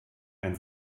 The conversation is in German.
ein